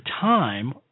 time